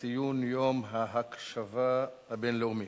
ציון יום ההקשבה הבין-לאומי,